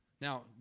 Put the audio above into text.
Now